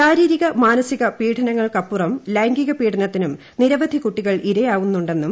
ശാരീരിക മാനസിക പീഡനങ്ങൾക്കപ്പുറം ലൈംഗിക പീഡനത്തിനും നിരവധി കുട്ടികൾ ഇരയാവുന്നെന്നും